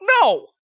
no